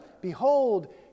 behold